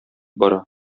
бара